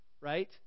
right